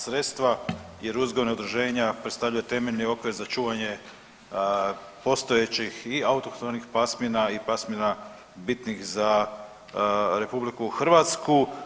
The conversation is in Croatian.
sredstva jer uzgojna udruženja predstavljaju temeljni okvir za čuvanje postojećih i autohtonih pasmina i pasmina bitnih za RH.